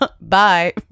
Bye